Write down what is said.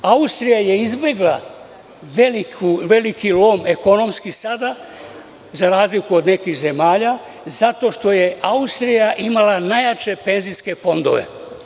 Austrija je izbegla veliki lom ekonomski sada, za razliku od nekih zemalja, zato što je Austrija imala najjače penzijske fondove.